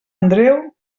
andreu